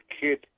kid